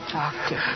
doctor